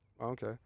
Okay